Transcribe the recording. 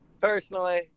personally